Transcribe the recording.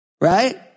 Right